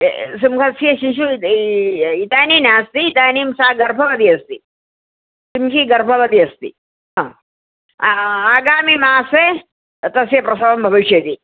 सिंहस्य शिशु इदानीं नास्ति इदानीं सा गर्भवती अस्ति सिंही गर्भवती अस्ति आगामि मासे तस्य प्रसवं भविष्यति